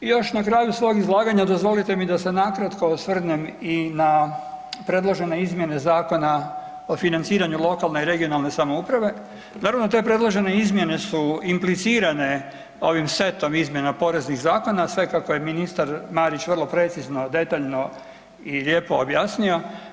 I još na kraju svog izlaganja dozvolite mi da se nakratko osvrnem i na predložene izmjene Zakona o financiranju lokalne i regionalne samouprave, naravno te predložene izmjene su implicirane ovim setom izmjena poreznih zakona sve kako je ministar Marić vrlo precizno detaljno i lijepo objasnio.